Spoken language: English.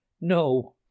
no